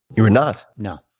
you were not? no.